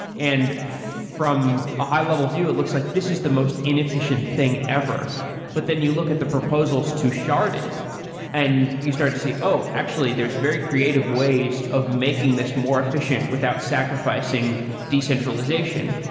and from a high-level view it looks like this is the most inefficient thing ever but then you look at the proposals to sharded and you start to see, actually there is very creative ways of making this more efficient without sacrificing decentralization.